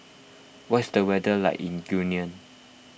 what's the weather like in Guinea